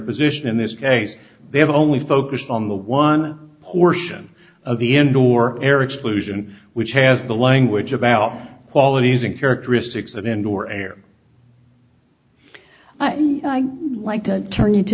position in this case they have only focused on the one portion of the indoor air exclusion which has the language about qualities and characteristics that indoor air like to turn into